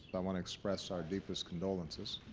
i want to express our deepest condolences.